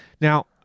now